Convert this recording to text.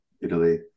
Italy